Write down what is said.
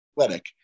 athletic